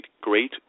great